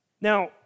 Now